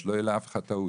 שלא תהיה לאף אחד טעות,